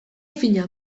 fina